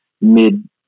mid